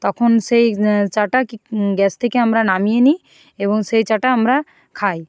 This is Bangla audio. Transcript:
তখন সেই চাটা কী গ্যাস থেকে আমরা নামিয়ে নিই এবং সেই চাটা আমরা খাই